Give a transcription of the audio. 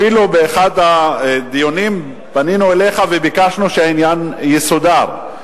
אפילו באחד הדיונים פנינו אליך וביקשנו שהעניין יסודר.